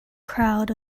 crowd